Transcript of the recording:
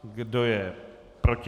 Kdo je proti?